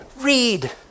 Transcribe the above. Read